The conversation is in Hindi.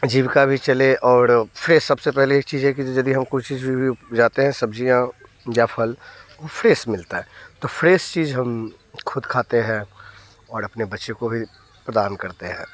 जीविका भी चले और फिर सब से पहले एक चीज़ है कि जब भी हम कुछ चीज़ उपजाते हैं सब्ज़ियाँ या फल फ्रेश मिलता है तो फ्रेश चीज़ हम ख़ुद खाते हैं और अपने बच्चे को भी प्रदान करते हैं